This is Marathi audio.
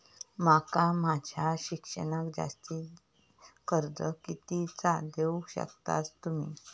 माका माझा शिक्षणाक जास्ती कर्ज कितीचा देऊ शकतास तुम्ही?